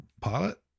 pilot